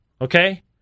Okay